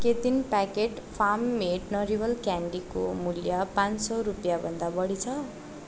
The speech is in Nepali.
के तिन प्याकेट फार्म मेड नरिवल क्यान्डीको मूल्य पाँच सौ रुपियाँभन्दा बढी छ